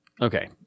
Okay